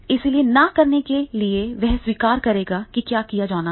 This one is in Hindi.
इसलिए न करने के लिए वह स्वीकार करेगा कि क्या किया जाना है